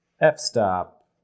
f-stop